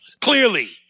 clearly